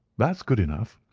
that's good enough.